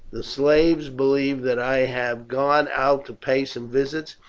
the slaves believe that i have gone out to pay some visits,